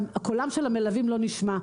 קולם של המלווים לא נשמע.